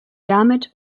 damit